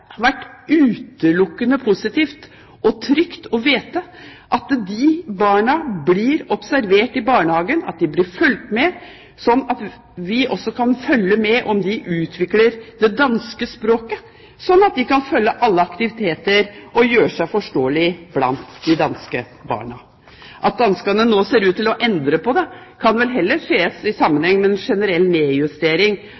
det har vært utelukkende positivt og trygt å vite at de barna blir observert i barnehagen, at de blir fulgt opp, slik at vi også kan følge med på om de utvikler det danske språket slik at de kan følge alle aktiviteter og gjøre seg forstått blant de danske barna. At danskene nå ser ut til å endre på det, kan vel heller ses i